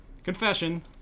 confession